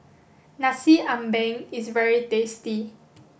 Nasi Ambeng is very tasty